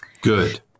Good